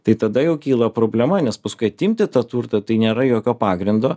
tai tada jau kyla problema nes paskui atimti tą turtą tai nėra jokio pagrindo